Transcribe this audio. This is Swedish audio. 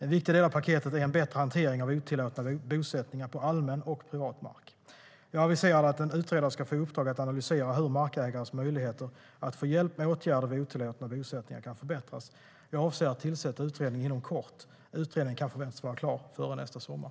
En viktig del av paketet är en bättre hantering av otillåtna bosättningar på allmän och privat mark. Jag aviserade att en utredare ska få i uppdrag att analysera hur markägares möjligheter att få hjälp med åtgärder vid otillåtna bosättningar kan förbättras. Jag avser att tillsätta utredningen inom kort. Utredningen kan förväntas vara klar före nästa sommar.